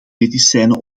medicijnen